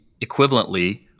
equivalently